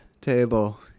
table